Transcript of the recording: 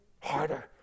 Harder